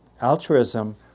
altruism